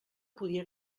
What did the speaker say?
podia